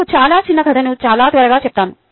మీకు చాలా చిన్న కథను చాలా త్వరగా చెప్తాను